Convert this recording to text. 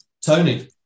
Tony